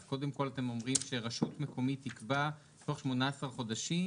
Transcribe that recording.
אז קודם כל אתם אומרים שרשות מקומית תקבע תוך 18 חודשים,